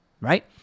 right